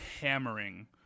hammering